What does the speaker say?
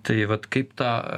tai vat kaip tą